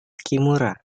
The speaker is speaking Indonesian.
kimura